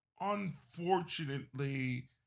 unfortunately